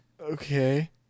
Okay